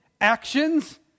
actions